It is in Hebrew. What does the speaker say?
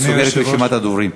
אני סוגר את רשימת הדוברים.